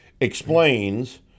explains